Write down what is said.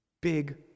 big